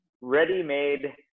ready-made